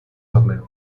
torneo